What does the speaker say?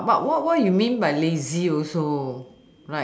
but but what what you mean by lazy also